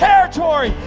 Territory